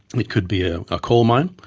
it could be a ah coal mine,